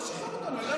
לא משחררים אותנו.